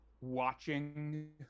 watching